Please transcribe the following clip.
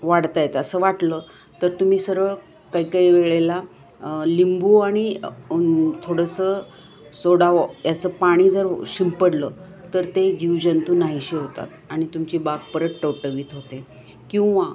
वाढतायेत असं वाटलं तर तुम्ही सरळ काही काही वेळेला लिंबू आणि थोडंसं सोडा वा याचं पाणी जर शिंपडलं तर ते जीवजंतु नाहीशी होतात आणि तुमची बाग परत टवटवीत होते किंवा